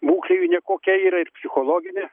būklė jų nekokia yra ir psichologinė